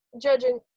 judging